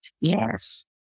Yes